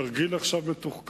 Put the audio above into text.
עכשיו, התרגיל מתוחקר.